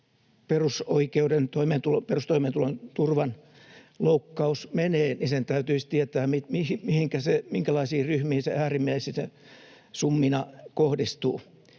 perustoimeentulon turvan, loukkaus menee, niin sen täytyisi tietää, minkälaisiin ryhmiin se äärimmäisinä summina kohdistuu.